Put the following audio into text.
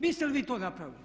Biste li vi to napravili?